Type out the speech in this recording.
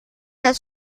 das